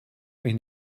mich